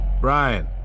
brian